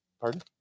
pardon